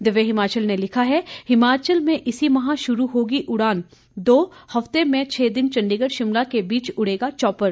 दिव्य हिमाचल ने लिखा है हिमाचल से इसी माह शुरू होगी उड़ान दो हफते में छह दिन चंडीगढ़ शिमला के बीच उड़ेगा चौपर